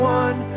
one